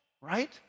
right